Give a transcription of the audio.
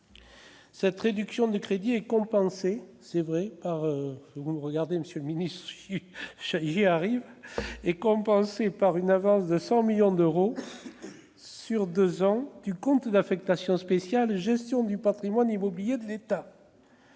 Cette réduction de crédits est compensée par une avance de 100 millions d'euros sur deux ans du compte d'affectation spéciale « Gestion du patrimoine immobilier de l'État